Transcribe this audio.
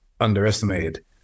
underestimated